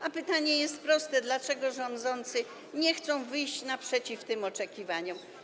A pytanie jest proste: Dlaczego rządzący nie chcą wyjść naprzeciw tym oczekiwaniom?